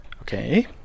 Okay